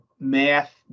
math